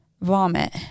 vomit